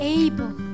able